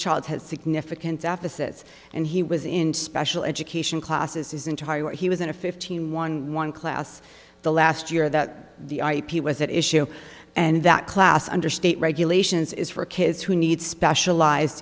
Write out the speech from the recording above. child has significant offices and he was in special education classes his entire where he was in a fifteen one one class the last year that the ip was at issue and that class under state regulations is for kids who need specialized